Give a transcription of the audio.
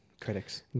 critics